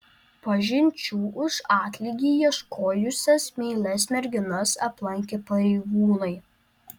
pažinčių už atlygį ieškojusias meilias merginas aplankė pareigūnai